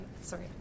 Sorry